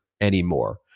anymore